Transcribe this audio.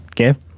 Okay